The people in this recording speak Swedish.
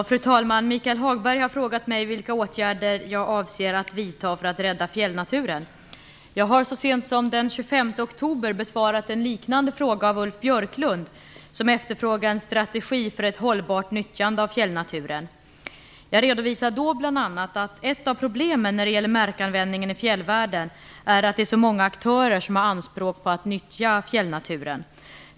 Fru talman! Michael Hagberg har frågat mig vilka åtgärder jag avser att vidta för att rädda fjällnaturen. Jag har så sent som den 25 oktober besvarat en liknande fråga av Ulf Björklund, som efterfrågade en strategi för ett hållbart nyttjande av fjällnaturen. Jag redovisade då bl.a. att ett av problemen när det gäller markanvändningen i fjällvärlden är att många aktörer har anspråk på nyttjande av fjällnaturen.